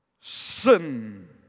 Sin